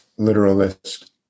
literalist